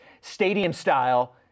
stadium-style